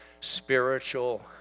spiritual